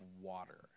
water